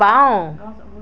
বাওঁ